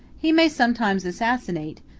he may sometimes assassinate,